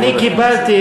אני קיבלתי,